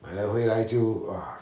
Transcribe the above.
买了回来就 !wah!